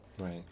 Right